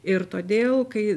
ir todėl kai